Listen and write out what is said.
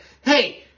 Hey